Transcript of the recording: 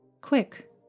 quick